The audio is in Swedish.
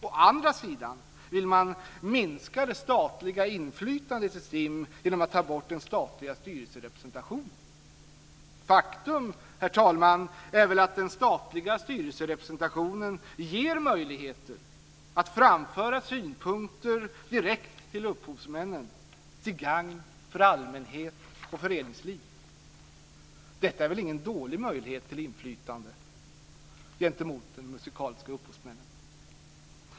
Å andra sida vill man minska det statliga inflytandet i STIM genom att ta bort den statliga styrelserepresentationen. Herr talman! Faktum är att den statliga styrelserepresentationen ger möjligheter att framföra synpunkter direkt till upphovsmännen till gagn för allmänhet och föreningsliv. Detta är väl ingen dålig möjlighet till inflytande gentemot de musikaliska upphovsmännen.